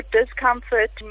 discomfort